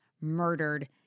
murdered